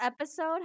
episode